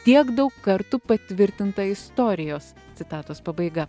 tiek daug kartų patvirtinta istorijos citatos pabaiga